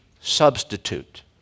substitute